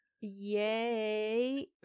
yay